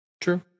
True